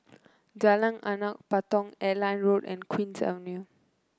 Jalan Anak Patong Airline Road and Queen's Avenue